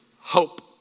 hope